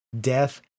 death